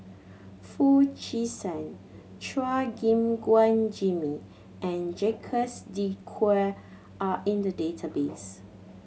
Foo Chee San Chua Gim Guan Jimmy and Jacques De Coutre are in the database